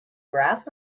grass